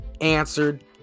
answered